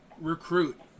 recruit